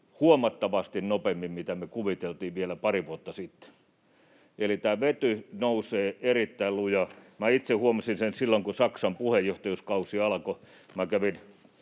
huomattavasti nopeammin kuin mitä me kuviteltiin vielä pari vuotta sitten, eli tämä vety nousee erittäin lujaa. Minä itse huomasin sen silloin, kun Saksan puheenjohtajuuskausi alkoi.